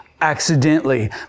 accidentally